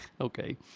Okay